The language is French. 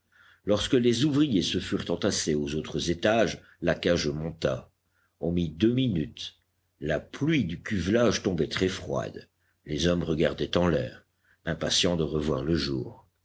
lorsque les ouvriers se furent entassés aux autres étages la cage monta on mit deux minutes la pluie du cuvelage tombait très froide les hommes regardaient en l'air impatients de revoir le jour